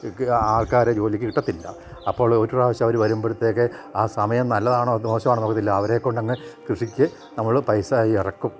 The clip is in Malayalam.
ആൾക്കാരെ ജോലിക്ക് കിട്ടത്തില്ല അപ്പോൾ ഒരു പ്രാവശ്യം അവർ വരുമ്പോഴത്തേക്ക് ആ സമയം നല്ലതാണോ ദോഷമാണോ എന്നറിയത്തില്ല അവരെ കൊണ്ടു അങ്ങ് കൃഷിക്ക് നമ്മൾ പൈസ ഇറക്കും